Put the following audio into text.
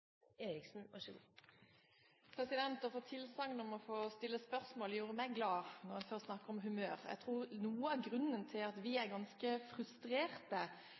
Å få tilsagn om å få stille spørsmål gjorde meg glad, for å snakke om humør. Jeg tror noe av grunnen til at vi er ganske frustrerte